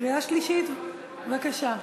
קריאה שלישית, בבקשה.